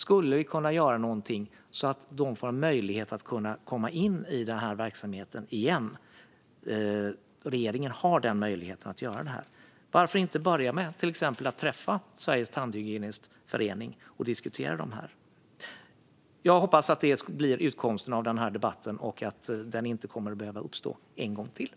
Går det att göra något så att de kan komma in i verksamheten igen? Regeringen har den möjligheten. Varför inte börja med att träffa Sveriges Tandhygienistförening och diskutera frågorna? Jag hoppas att detta blir utgången av debatten och att den inte behöver föras en gång till.